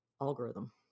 algorithm